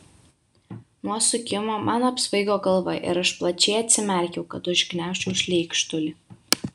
nuo sukimo man apsvaigo galva ir aš plačiai atsimerkiau kad užgniaužčiau šleikštulį